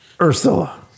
Ursula